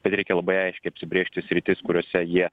bet reikia labai aiškiai apsibrėžti sritis kuriose jie